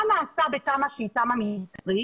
מה עושה תמ"א מתארית